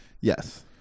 Yes